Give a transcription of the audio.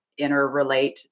interrelate